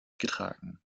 getragen